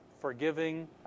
forgiving